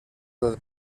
del